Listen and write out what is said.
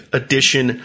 edition